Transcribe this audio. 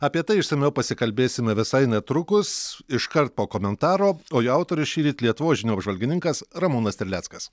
apie tai išsamiau pasikalbėsime visai netrukus iškart po komentaro o jo autorius šįryt lietuvos žinių apžvalgininkas ramūnas terleckas